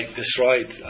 destroyed